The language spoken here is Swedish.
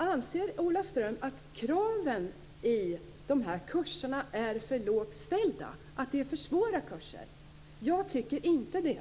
Anser Ola Ström att kraven i dessa kurser är för lågt ställda? Är det för svåra kurser? Jag tycker inte det.